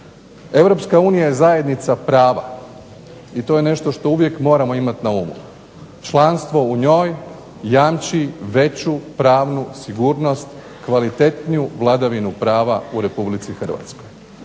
Europska unija je zajednica prava i to je nešto što uvijek moramo imati na umu. Članstvo u njoj jamči veću pravnu sigurnost, kvalitetniju vladavinu prava u Republici Hrvatskoj.